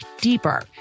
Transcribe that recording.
deeper